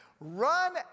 run